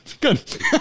good